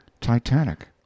Titanic